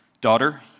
Daughter